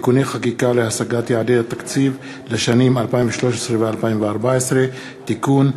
(תיקוני חקיקה להשגת יעדי התקציב לשנים 2013 ו-2014) (תיקון),